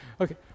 Okay